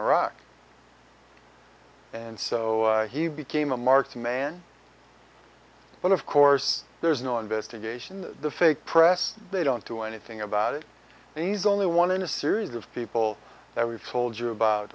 iraq and so he became a marked man but of course there's no investigation the fake press they don't do anything about it and he's only one in a series of people that we've told you about